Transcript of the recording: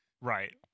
Right